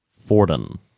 Forden